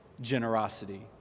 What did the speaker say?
generosity